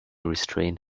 restrained